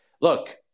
look